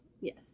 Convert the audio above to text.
Yes